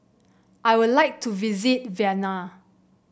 I would like to visit Vienna